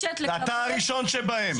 ואתה הראשון שבהם.